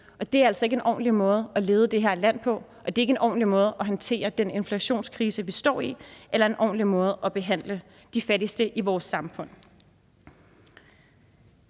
Det er altså ikke en ordentlig måde at lede det her land på, og det er ikke en ordentlig måde at håndtere den inflationskrise, vi står i, på eller en ordentlig måde at behandle de fattigste i vores samfund